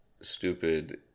stupid